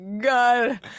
god